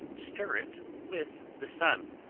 stir it with the sun.